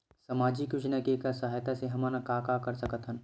सामजिक योजना के सहायता से हमन का का कर सकत हन?